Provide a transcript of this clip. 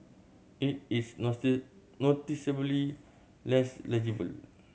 it is noticeably less legible